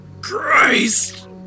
Christ